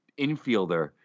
infielder